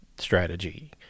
strategy